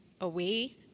away